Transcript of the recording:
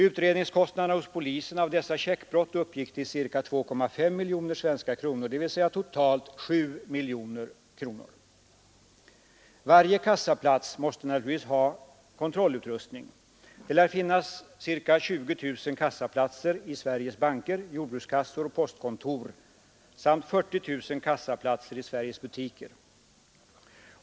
Utredningskostnaderna hos polisen med anledning av dessa checkbrott uppgick till ca 2,5 miljoner, dvs. totalt 7 miljoner kronor. Varje kassaplats måste naturligtvis ha kontrollutrustning. Det lär finnas ca 20 000 kassaplatser i Sveriges banker, jordbrukskassor och postkontor samt 40 000 kassaplatser i Sveriges butiker.